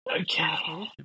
Okay